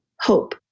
hope